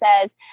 says